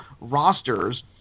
rosters